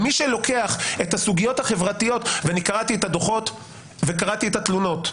קראתי את הדוחות וקראתי את התלונות,